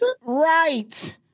Right